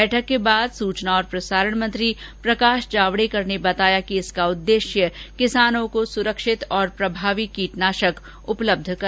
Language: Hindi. बैठक के बाद सूचना और प्रसारण मंत्री प्रकाश जावडेकर ने बताया कि इसका उद्देश्य किसानों को सुरक्षित और प्रभावी कीटनाशक उपलब्ध कराना है